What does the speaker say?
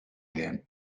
them